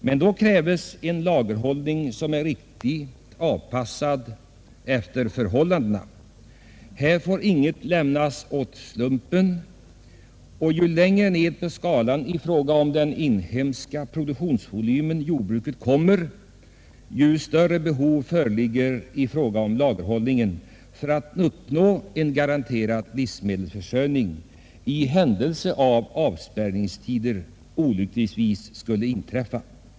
Men då krävs en lagerhållning som är riktigt anpassad efter förhållandena. Här får intet lämnas åt slumpen. Ju längre ner på skalan i fråga om den inhemska produktionsvolymen jordbruket kommer, desto större behov föreligger i fråga om lagerhållning för att uppnå en garanterad livsmedelsförsörjning i händelse att avspärrningstider olyckligtvis skulle inträffa.